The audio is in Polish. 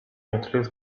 niektórych